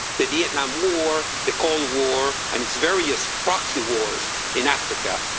the vietnam war, the cold war, and its various proxy wars in africa,